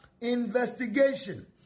investigation